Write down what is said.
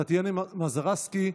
טטיאנה מזרסקי,